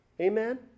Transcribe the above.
Amen